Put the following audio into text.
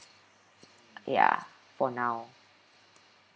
ya for now